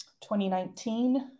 2019